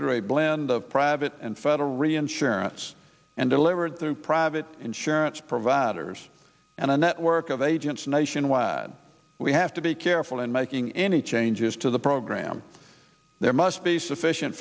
a blend of private and federal reinsurance and delivered through private insurance providers and a network of agents nationwide we have to be careful in making any changes to the program there must be sufficient